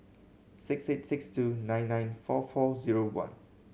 six eight six two nine nine four four zero one